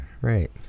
right